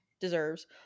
deserves